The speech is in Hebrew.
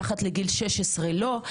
מתחת לגיל 16 לא,